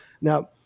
Now